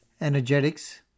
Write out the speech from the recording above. energetics